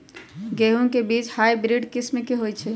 गेंहू के बीज हाइब्रिड किस्म के होई छई?